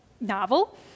novel